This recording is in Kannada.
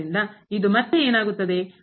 ಆದ್ದರಿಂದ ಇದು ಮತ್ತೆ ಏನಾಗುತ್ತದೆ